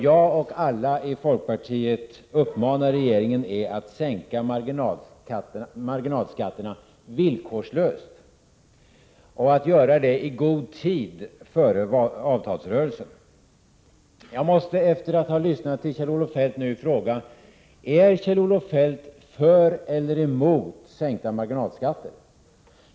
Jag och alla i folkpartiet uppmanar regeringen att sänka marginalskatterna villkorslöst och att göra det i god tid före avtalsrörelsen. Jag måste efter att ha lyssnat till Kjell-Olof Feldt fråga: Är Kjell-Olof Feldt för eller emot sänkta marginalskatter?